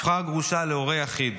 הפכה הגרושה להורה יחיד